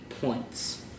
points